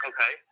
Okay